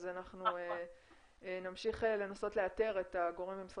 אז אנחנו נמשיך לנסות לאתר את הגורם במשרד